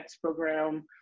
program